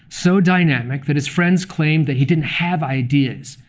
so dynamic that his friends claimed that he didn't have ideas.